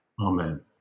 Amen